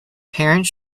parents